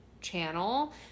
channel